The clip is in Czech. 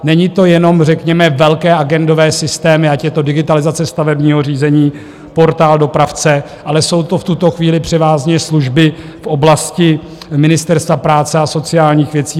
Nejsou to jenom řekněme velké agendové systémy, ať je to digitalizace stavebního řízení, Portál dopravce, ale jsou to v tuto chvíli převážně služby v oblasti Ministerstva práce a sociálních věcí.